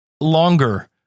longer